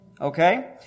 okay